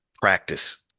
practice